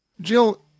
Jill